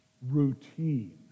Routine